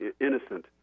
innocent